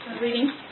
reading